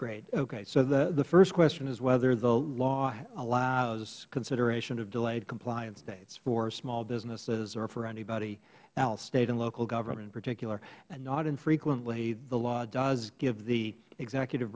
great okay so the first question is whether the law allows consideration of delayed compliance dates for small businesses or for anybody else state and local government in particular and not infrequently the law does give the executive